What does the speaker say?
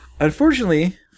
Unfortunately